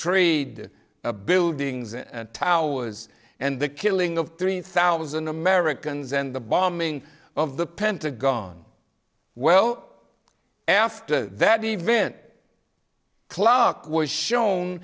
trade a buildings and towers and the killing of three thousand americans and the bombing of the pentagon well after that event clark was shown